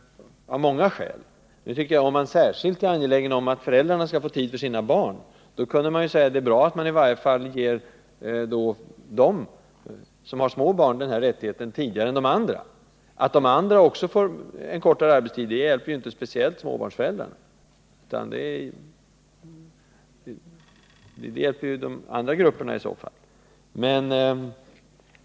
Men om man särskilt är angelägen om att föräldrarna skall få tid för sina barn borde man kunna hålla med om att det är bra att i varje fall ge dem som har små barn denna rättighet tidigare än andra. Att andra också får kortare arbetstid hjälper ju inte speciellt småbarnsföräldrarna, utan det hjälper i så fall de andra grupperna.